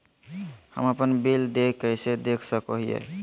हम अपन बिल देय कैसे देख सको हियै?